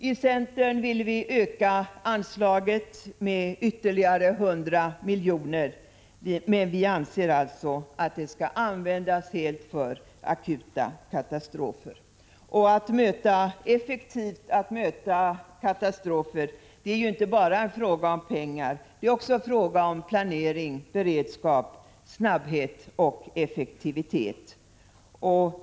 I centern vill vi öka anslaget med ytterligare 100 miljoner, men vi anser att det skall användas helt för akuta katastrofer. Att effektivt möta katastrofer är inte bara en fråga om pengar. Det är också fråga om planering, beredskap, snabbhet och effektivitet.